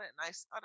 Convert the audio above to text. nice